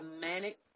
Manic